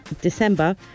December